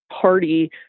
party